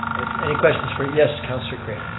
any questions for? yes, councillor craitor.